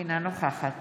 אינה נוכחת